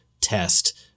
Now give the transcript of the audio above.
test